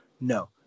No